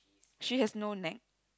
she has no neck